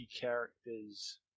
characters